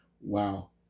wow